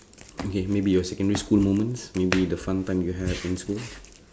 okay maybe your secondary school moments maybe the fun time you have in school